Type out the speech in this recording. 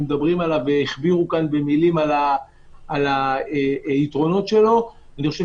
מדברים עליו הכבירו כאן במילים על היתרונות שלו אני חושב